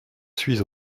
suis